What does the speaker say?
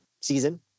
season